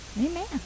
Amen